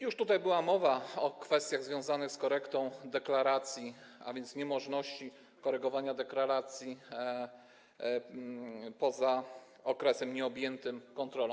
Już była tutaj mowa o kwestiach związanych z korektą deklaracji, a więc niemożności korygowania deklaracji poza okresem nieobjętym kontrolą.